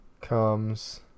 comes